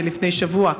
לפני שבוע,